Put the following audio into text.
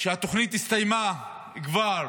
כשהתוכנית הסתיימה, כבר